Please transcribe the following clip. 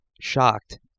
shocked